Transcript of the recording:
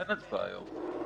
אין הצבעה היום.